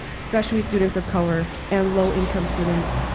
especially students of color and low-income students.